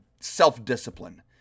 self-discipline